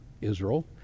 Israel